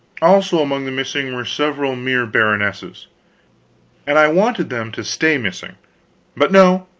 also among the missing were several mere baronesses and i wanted them to stay missing but no,